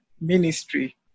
Ministry